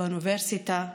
באוניברסיטה,